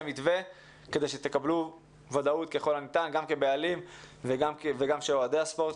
מתווה כדי שתקבלו ודאות ככל הניתן גם כבעלים וגם ודאות לאוהדים.